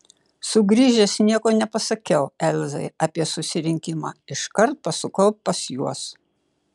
sugrįžęs nieko nepasakiau elzai apie susirinkimą iškart pasukau pas juos